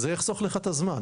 זה יחסוך לך את הזמן.